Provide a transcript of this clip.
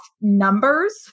numbers